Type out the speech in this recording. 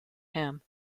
ham